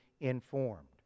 informed